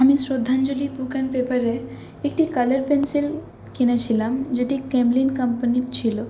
আমি Shraddhanjali book and পেপারে একটি কালার পেন্সিল কিনেছিলাম যেটি ক্যামলিন কাম্পানির ছিল